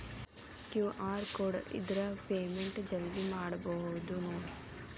QR code ಇದ್ರ payment ಜಲ್ದಿ ಮಾಡಬಹುದು ನೋಡ್